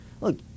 Look